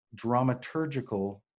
dramaturgical